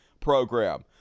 program